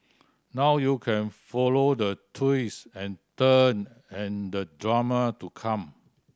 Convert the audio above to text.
now you can follow the twist and turn and the drama to come